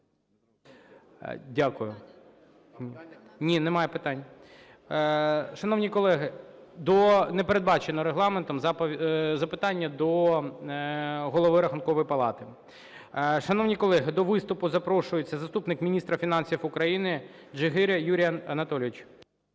Ні, немає питань. Шановні колеги, до... Не передбачено Регламентом запитання до Голови Рахункової палати. Шановні колеги, до виступу запрошується заступник міністра фінансів України Джигир Юрій Анатолійович